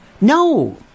No